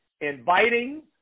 inviting